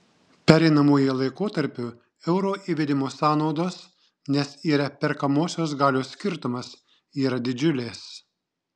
pereinamuoju laikotarpiu euro įvedimo sąnaudos nes yra perkamosios galios skirtumas yra didžiulės